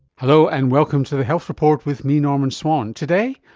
hello, and welcome to the health report with me, norman swan. today,